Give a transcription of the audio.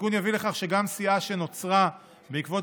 התיקון יביא לכך שגם סיעה שנוצרה בעקבות